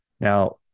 Now